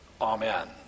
Amen